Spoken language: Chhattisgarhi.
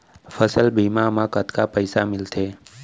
फसल बीमा म कतका पइसा मिलथे?